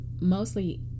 mostly